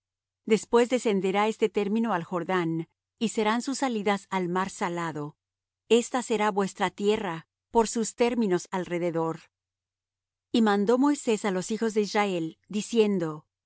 después descenderá este término al jordán y serán sus salidas al mar salado esta será vuestra tierra por sus términos alrededor y mandó moisés á los hijos de israel diciendo